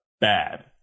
bad